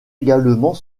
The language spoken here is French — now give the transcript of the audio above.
également